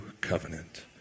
covenant